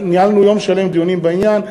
כי ניהלנו יום שלם דיונים בעניין.